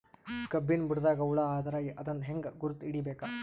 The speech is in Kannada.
ಕಬ್ಬಿನ್ ಬುಡದಾಗ ಹುಳ ಆದರ ಅದನ್ ಹೆಂಗ್ ಗುರುತ ಹಿಡಿಬೇಕ?